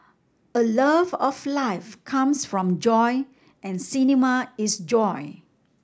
a love of life comes from joy and cinema is joy